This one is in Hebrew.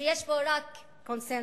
ושיש בו רק קונסנזוס.